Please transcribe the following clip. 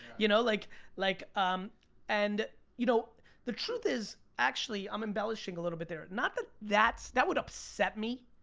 you know like like um and you know the truth is actually i'm embellishing a little bit there, not that that, that would upset me,